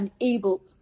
unable